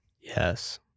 Yes